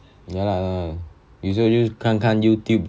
ya lah usual~ 看看 Youtube 看看 video 这种东西 normal